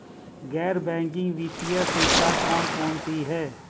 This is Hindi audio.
गैर बैंकिंग वित्तीय संस्था कौन कौन सी हैं?